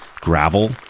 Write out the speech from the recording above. gravel